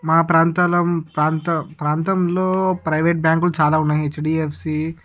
మా ప్రాంతాలం ప్రాంత ప్రాంతంలో ప్రైవేట్ బ్యాంకులు చాలా ఉన్నాయి హెచ్డిఎఫ్సి